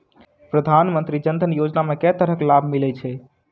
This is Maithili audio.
प्रधानमंत्री जनधन योजना मे केँ तरहक लाभ मिलय छै?